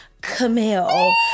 Camille